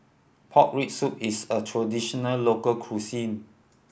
pork rib soup is a traditional local cuisine